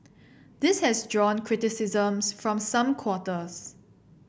this has drawn criticisms from some quarters